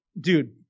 dude